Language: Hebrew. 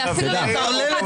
הטרללת --- הצלחת.